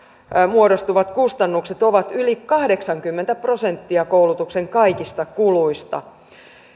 muodostuvat kustannukset ovat yli kahdeksankymmentä prosenttia koulutuksen kaikista kuluista